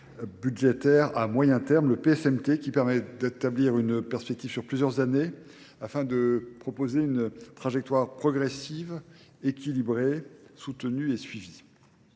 budgétaire à moyen terme, le PSMT, qui permet d'établir une perspective sur plusieurs années afin de proposer une trajectoire progressive, équilibrée, soutenue et suivie.